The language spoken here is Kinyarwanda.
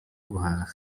guhaha